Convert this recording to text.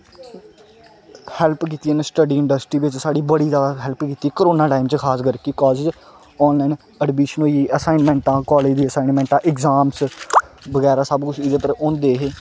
help कीती इ'यां study industry बिच्च साढ़ी बड़ी ज्यादा हेल्पिंग कि करोना टाइम च खास कर के कालेज च आनलाइन अडमिशन होई गेई असाइनमैंटां कालेज दियां असाइनमैंटां ऐग्जाम्स बगैरा सब कुछ एह् उद्धर होंदे हे